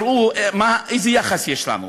שתראו איזה יחס יש אלינו.